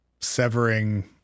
severing